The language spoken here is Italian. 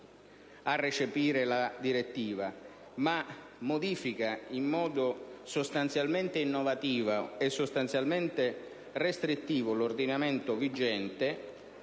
a recepire la direttiva, ma modifica in modo sostanzialmente innovativo e restrittivo l'ordinamento vigente,